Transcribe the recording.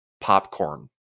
popcorn